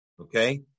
okay